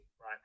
right